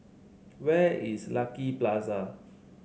where is Lucky Plaza